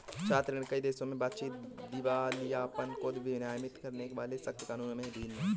छात्र ऋण, कई देशों में बातचीत, दिवालियापन को विनियमित करने वाले सख्त कानूनों में भी भिन्न है